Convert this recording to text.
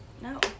No